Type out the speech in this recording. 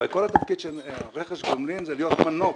הרי כל התפקיד של רכש גומלין זה להיות מנוף,